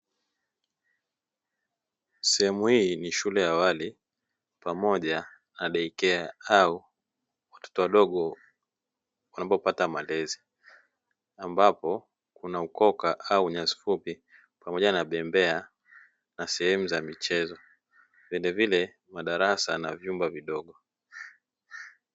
Sehemu hii ni shule ya awali pamoja na "daycare" au watoto wadogo wanapopata malezi, ambapo kuna ukoka au nyasi fupi pamoja na bembea na sehemu za michezo vilevile madarasa na vyumba vidogo.